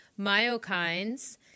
Myokines